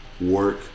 work